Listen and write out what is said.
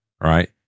right